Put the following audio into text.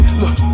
look